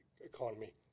economy